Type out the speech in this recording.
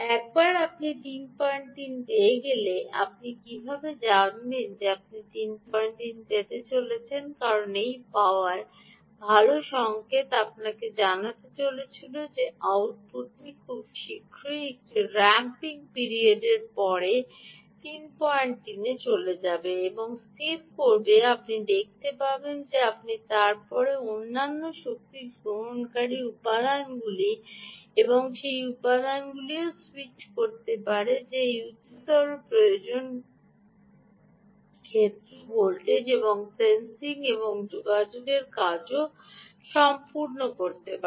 একবার আপনি 33 পেয়ে গেলে আপনি কীভাবে জানবেন যে আপনি 33 পেতে চলেছেন কারণ এই পাওয়ার ভাল সংকেত আপনাকে জানাতে চলেছে যে আউটপুটটি খুব শীঘ্রই এই রম্পিং পিরিয়ডের পরে 33 এ চলে যাবে এবং স্থির করবে আপনি দেখতে পাবেন যে আপনি তারপরে অন্যান্য শক্তি গ্রহণকারী উপাদানগুলি এবং সেই উপাদানগুলিতেও স্যুইচ করতে পারে যা এই উচ্চতর প্রয়োজন রেফার সময় 3950 ক্ষেত্র রেফার সময় 3950 ভোল্টেজ এবং সেন্সিং এবং যোগাযোগের কাজও সম্পূর্ণ করতে পারে